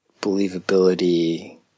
believability